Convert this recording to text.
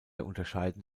unterscheiden